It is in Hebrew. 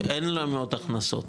אין להם הכנסות,